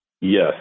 Yes